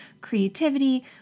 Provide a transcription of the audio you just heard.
creativity